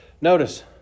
Notice